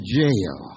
jail